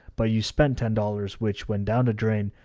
but you spend ten dollars, which went down the drain,